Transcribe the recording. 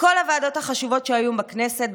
מכל הוועדות החשובות שהיו היום בכנסת,